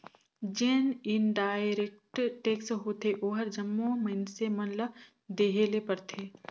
जेन indirect tax होथे ओहर जम्मो मइनसे मन ल देहे ले परथे